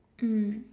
mm